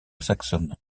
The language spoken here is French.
saxonne